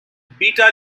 beta